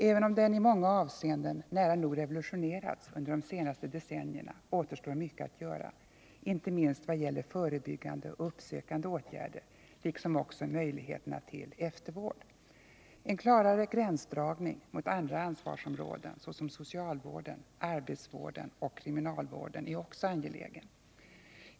Även om den i många avseenden nära nog revolutionerats under de senaste decennierna, återstår mycket att göra, inte minst vad gäller förebyggande och uppsökande åtgärder liksom också möjligheterna till eftervård. En klarare gränsdragning mot andra ansvarsområden såsom socialvården, arbetsvården och kriminalvården är också angelägen.